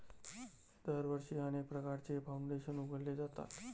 दरवर्षी अनेक प्रकारचे फाउंडेशन उघडले जातात